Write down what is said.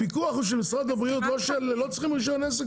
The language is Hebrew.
הפיקוח הוא של משרד הבריאות ולא צריך פה רישיון עסק,